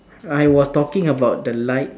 I was talking about the light